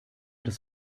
des